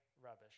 rubbish